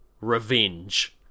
revenge